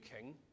king